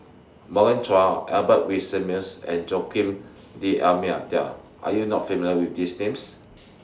Morgan Chua Albert Winsemius and Joaquim Are YOU not familiar with These Names